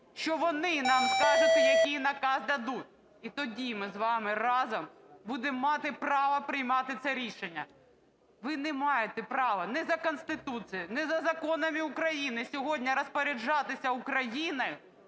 що вони нам скажуть і який наказ дадуть. І тоді ми з вами разом будемо мати право приймати це рішення. Ви не маєте права ні за Конституцією, ні за законами України сьогодні розпоряджатися Україною